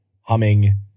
humming